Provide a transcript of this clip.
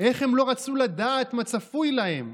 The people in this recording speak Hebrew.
איך הם לא רצו לדעת מה צפוי להם?